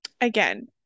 again